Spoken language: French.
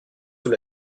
sous